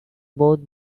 both